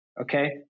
Okay